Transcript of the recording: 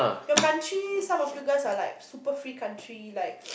your countries some of you guys are like super free country like